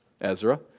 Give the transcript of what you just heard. Ezra